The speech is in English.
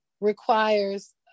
requires